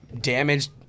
damaged